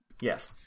Yes